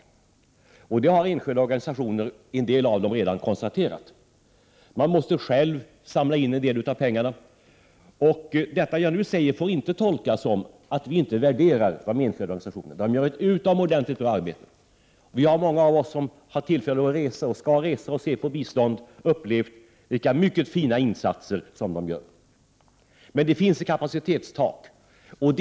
Det har också en del enskilda organisationer redan konstaterat. De måste själva samla in en del av pengarna. Det jag nu säger får inte tolkas som att vi inte värderar vad de enskilda organisationerna gör. De utför ett utomordentligt bra arbete. Många av oss som haft tillfälle att resa och som skall resa och se på bistånd har upplevt vilka fina insatser de gör, men det finns ett kapacitetstak.